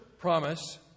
promise